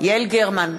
יעל גרמן,